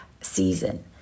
season